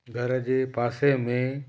घर जे पासे में